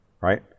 right